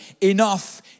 enough